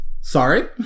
Sorry